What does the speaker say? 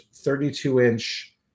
32-inch